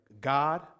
God